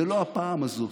לא הפעם הזאת.